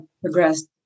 progressed